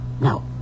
No